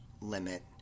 limit